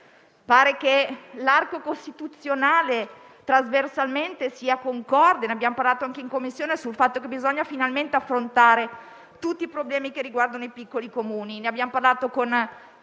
Sembra che l'arco costituzionale trasversalmente sia concorde - ne abbiamo parlato anche in Commissione - sul fatto che bisogna finalmente affrontare tutti i problemi dei piccoli Comuni. Ne abbiamo parlato con